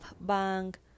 bank